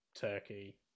Turkey